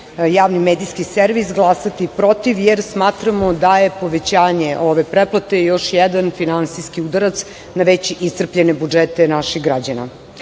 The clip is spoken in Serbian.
javni medijski servis, glasati protiv, jer smatramo da je povećanje ove pretplate još jedan finansijski udaraca na već iscrpljene budžete naših građana. Namećete